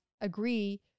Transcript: agree